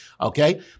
okay